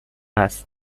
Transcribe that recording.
هست